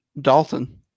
Dalton